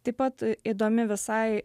taip pat įdomi visai